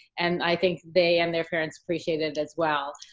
and i think they and their parents appreciate and as well.